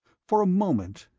for a moment,